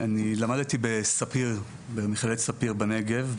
למדתי במכללת ספיר בנגב,